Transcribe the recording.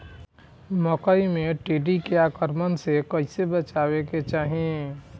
मकई मे टिड्डी के आक्रमण से कइसे बचावे के चाही?